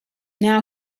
now